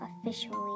officially